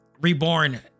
Reborn